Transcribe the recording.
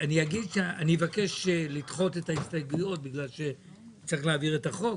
אני אבקש לדחות את ההסתייגויות בגלל שצריך להעביר את החוק,